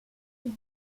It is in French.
une